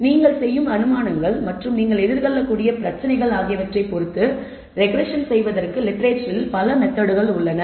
எனவே நீங்கள் செய்யும் அனுமானங்கள் மற்றும் நீங்கள் எதிர்கொள்ளக்கூடிய பிரச்சினைகள் ஆகியவற்றைப் பொறுத்து ரெக்ரெஸ்ஸன் செய்வதற்கு இலக்கியத்தில் பல மெத்தெட்கள் உள்ளன